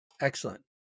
Excellent